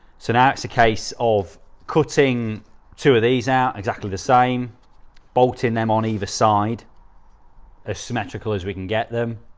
tonight's the case of cutting two of these out exactly the same boat in them on either side of ah symmetrical as we can get them